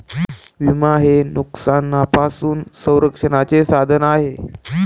विमा हे नुकसानापासून संरक्षणाचे साधन आहे